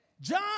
John